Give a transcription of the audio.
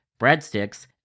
breadsticks